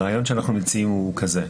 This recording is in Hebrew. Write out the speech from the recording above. הרעיון שאנחנו מציעים הוא כזה: